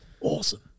Awesome